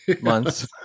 Months